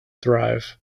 thrive